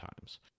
times